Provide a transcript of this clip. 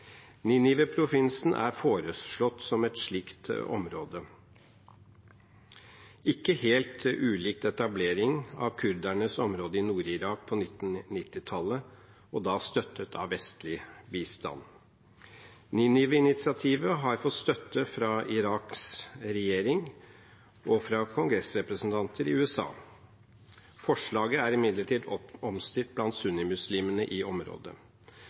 Ninive-provinsen er foreslått som et slikt område, ikke helt ulikt etableringen av kurdernes område i Nord-Irak på 1990-tallet, og da støttet av vestlig bistand. Ninive-initiativet har fått støtte fra Iraks regjering og fra kongressrepresentanter i USA. Forslaget er imidlertid omstridt blant sunnimuslimene i området.